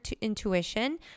intuition